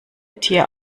tier